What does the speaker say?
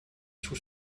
sous